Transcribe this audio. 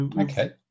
Okay